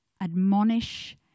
admonish